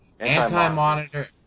Anti-Monitor